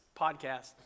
podcast